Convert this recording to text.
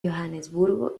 johannesburgo